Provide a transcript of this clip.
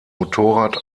motorrad